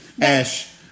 Ash